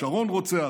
"שרון רוצח"